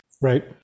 Right